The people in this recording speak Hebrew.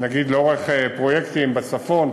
נגיד לאורך פרויקטים בצפון,